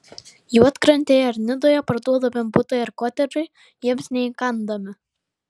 juodkrantėje ar nidoje parduodami butai ar kotedžai jiems neįkandami